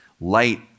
light